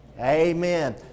Amen